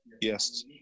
Yes